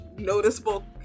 Noticeable